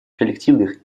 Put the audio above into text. коллективных